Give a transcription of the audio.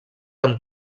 amb